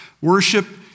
worship